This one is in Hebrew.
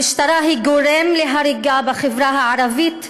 המשטרה היא גורם להריגה בחברה הערבית,